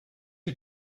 que